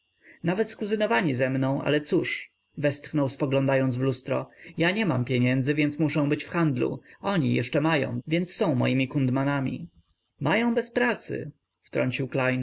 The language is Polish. nawet skuzynowani ze mną ale cóż westchnął spoglądając w lustro ja nie mam pieniędzy więc muszę być w handlu oni jeszcze mają więc są moimi kundmanami mają bez pracy wtrącił klejn